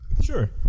sure